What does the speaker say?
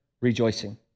rejoicing